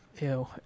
Ew